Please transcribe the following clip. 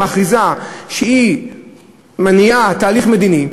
מכריזה שהיא מניעה תהליך מדיני,